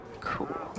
cool